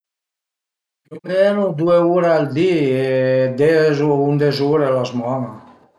Più o meno due ure al di e des u undes ure a la zman'a